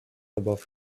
above